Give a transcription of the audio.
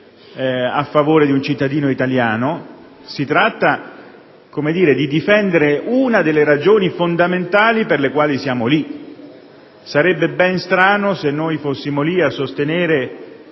a favore di un cittadino italiano: si tratta di difendere una delle ragioni fondamentali per le quali siamo lì. Sarebbe ben strano se noi fossimo in